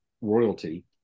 royalty